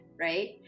right